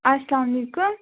اَسلام علیکُم